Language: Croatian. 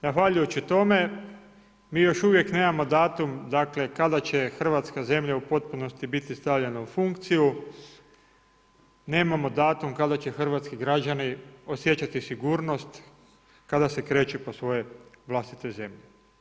Zahvaljujući tome, mi još uvijek nemamo datum kada će hrvatska zemlja u potpunosti biti stavljena u funkciju nemamo datum kada će hrvatski građani osjećati sigurnost kada se kreću po svojoj vlastitoj zemlji.